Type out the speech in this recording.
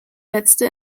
letzte